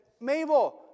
Mabel